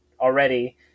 already